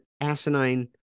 asinine